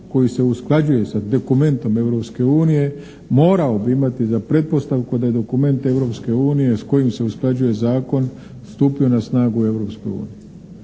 koji se usklađuje sa dokumentom Europske unije morao bi imati za pretpostavku da je dokument Europske unije s kojim se usklađuje Zakon stupio na snagu u